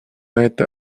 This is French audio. êtes